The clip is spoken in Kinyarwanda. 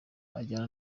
ujyana